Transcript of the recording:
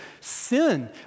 sin